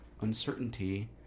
uncertainty